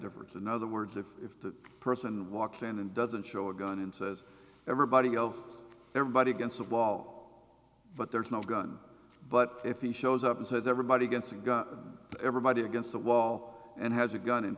difference in other words if the person walks in and doesn't show a gun into that everybody go everybody against a wall but there is no gun but if he shows up and says everybody gets a gun everybody against the wall and has a gun